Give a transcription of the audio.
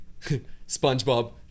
SpongeBob